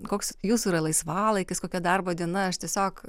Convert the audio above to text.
koks jūsų yra laisvalaikis kokia darbo diena aš tiesiog